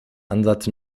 ansatz